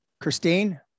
Christine